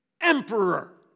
Emperor